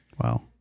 Wow